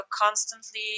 constantly